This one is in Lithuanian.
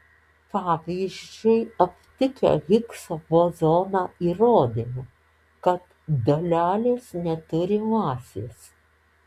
pavyzdžiui aptikę higso bozoną įrodėme kad dalelės neturi masės